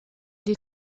les